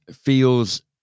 feels